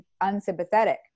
unsympathetic